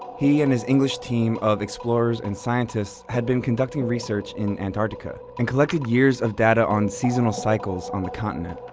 he and his english team of explorers and scientists had been conducting research in antarctica and collected years of data on seasonal cycles on the continent.